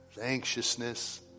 Anxiousness